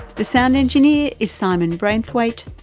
the sound engineer is simon braithwaite,